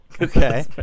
okay